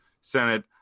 Senate